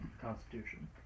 constitution